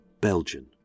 Belgian